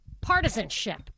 partisanship